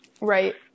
Right